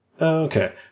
Okay